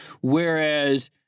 whereas